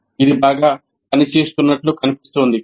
ఇది బాగా పనిచేస్తున్నట్లు కనిపిస్తోంది